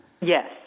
Yes